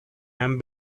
han